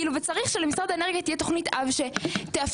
וצריך שלמשרד האנרגיה תהיה תוכנית אב שתאפשר